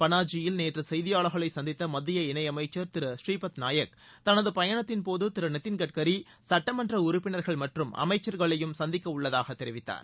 பனாஜியில் நேற்று செய்தியாளர்களை சந்தித்த மத்திய இணையமைச்சர் திரு பழுபத் நாயக் தனது பயனத்தின்போது திரு நிதின் கட்கரி சட்டமன்ற உறுப்பினர்கள் மற்றம் அமைச்சர்களையும் சந்திக்கவுள்ளதாக தெரிவித்தார்